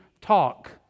talk